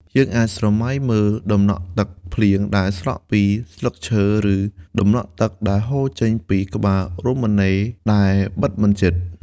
យើងអាចស្រមៃមើលដំណក់ទឹកភ្លៀងដែលស្រក់ពីស្លឹកឈើ ឬដំណក់ទឹកដែលហូរចេញពីក្បាលរ៉ូប៊ីណេដែលបិទមិនជិត។